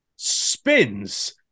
Spins